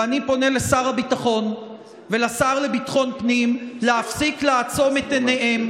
ואני פונה לשר הביטחון ולשר לביטחון פנים להפסיק לעצום את עיניהם,